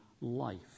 life